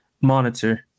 monitor